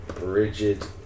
rigid